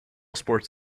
sports